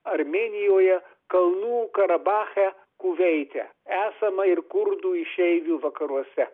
armėnijoje kalnų karabache kuveite esama ir kurdų išeivių vakaruose